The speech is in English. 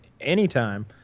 anytime